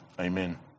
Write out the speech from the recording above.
Amen